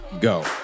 go